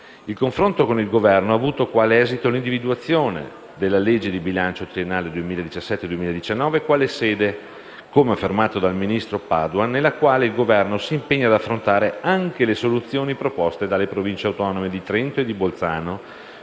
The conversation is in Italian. Il confronto con il Governo ha avuto quale esito l'individuazione della legge di bilancio triennale 2017-2019 quale sede, come affermato dal ministro Padoan, «nella quale il Governo si impegna ad affrontare anche le soluzioni proposte dalle Province autonome di Trento e Bolzano